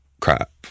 crap